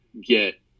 get